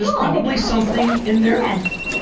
yeah probably something in there. yes.